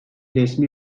resmi